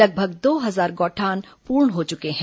लगभग दो हजार गौठान पूर्ण हो चुके हैं